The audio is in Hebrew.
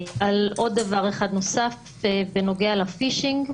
על עוד דבר אחד נוסף בנוגע ל"פישיניג":